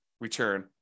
return